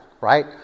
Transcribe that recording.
right